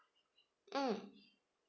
mm